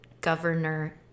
governor